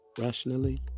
rationally